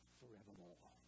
forevermore